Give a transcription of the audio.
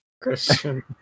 christian